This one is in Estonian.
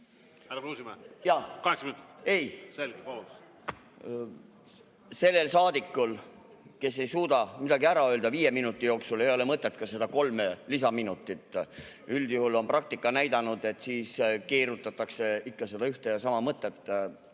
Ei. Selge. Vabandust! Selge. Vabandust! Sellel saadikul, kes ei suuda midagi ära öelda viie minuti jooksul, ei ole mõtet võtta seda kolme lisaminutit. Üldjuhul on praktika näidanud, et siis keerutatakse ikka seda ühte ja sama mõtet